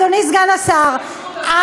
אדוני סגן השר, מה הרשעות הזאת?